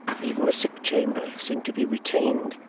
even the sick chamber seemed to be retained,